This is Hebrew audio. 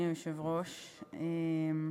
נעבור להצעות לסדר-היום בנושא: